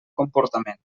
comportament